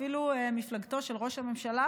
אפילו מפלגתו של ראש הממשלה,